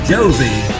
Josie